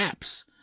apps